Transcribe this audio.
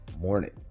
morning